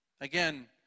Again